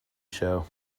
show